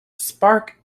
spark